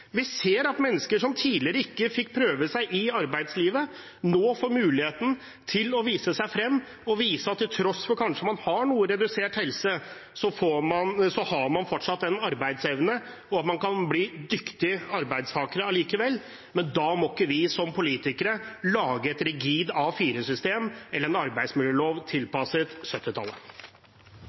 Vi ser at mennesker som tidligere ikke fikk prøve seg i arbeidslivet, nå får muligheten til å vise seg frem, og vise at til tross for at man kanskje har noe redusert helse, har man fortsatt en arbeidsevne, og man kan bli dyktige arbeidstakere likevel. Men da må ikke vi som politikere lage et rigid A4-system, eller en arbeidsmiljølov tilpasset